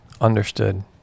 understood